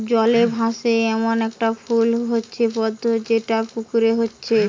জলে ভাসে এ্যামন একটা ফুল হচ্ছে পদ্ম যেটা পুকুরে হচ্ছে